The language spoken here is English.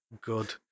good